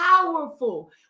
powerful